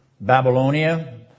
Babylonia